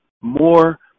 more